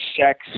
sex